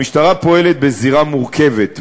המשטרה פועלת בזירה מורכבת,